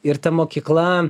ir ta mokykla